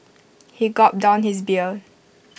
he gulped down his beer